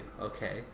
okay